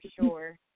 sure